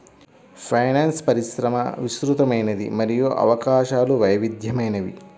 finance పరిశ్రమ విస్తృతమైనది మరియు అవకాశాలు వైవిధ్యమైనవి